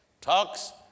talks